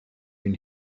been